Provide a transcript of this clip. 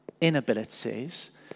inabilities